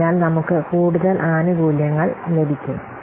അതിനാൽ നമുക്ക് കൂടുതൽ ആനുകൂല്യങ്ങൾ ലഭിക്കും